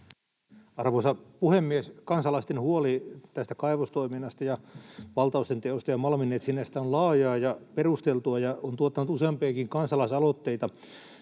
Arvoisa puhemies! Kansalaisten huoli tästä kaivostoiminnasta ja valtausten teosta ja malminetsinnästä on laajaa ja perusteltua ja on tuottanut useampiakin kansalaisaloitteita,